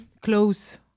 Close